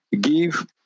give